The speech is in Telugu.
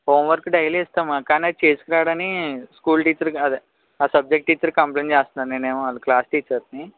హోంవర్క్ డైలీ ఇస్తాం కానీ అది చేసుకురాడని స్కూల్ టీచర్ అదే ఆ సబ్జెక్టు టీచర్ కంప్లైంట్ చేస్తున్నారు నేనేమో వాళ్ళ క్లాస్ టీచర్ని